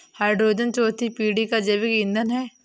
hydrogen चौथी पीढ़ी का जैविक ईंधन है